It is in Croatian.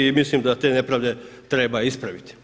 I mislim da te nepravde treba ispraviti.